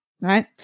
right